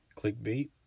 clickbait